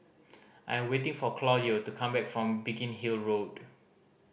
I am waiting for Claudio to come back from Biggin Hill Road